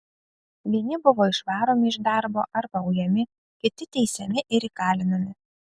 vieni buvo išvaromi iš darbo arba ujami kiti teisiami ir įkalinami